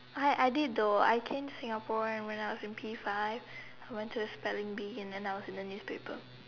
I I did though I came Singapore when I was P-five went to spelling bee and then I was in the newspaper